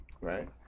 right